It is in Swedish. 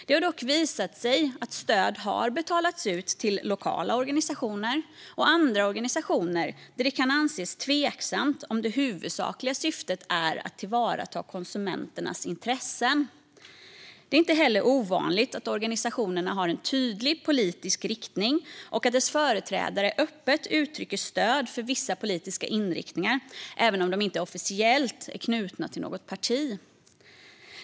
Det har dock visat sig att stöd har betalats ut till lokala organisationer och andra organisationer där det kan anses tveksamt om det huvudsakliga syftet är att tillvarata konsumenternas intressen. Det är inte heller ovanligt att organisationerna har en tydlig politisk riktning och att deras företrädare öppet uttrycker stöd för vissa politiska inriktningar, även om de inte officiellt är knutna till något parti.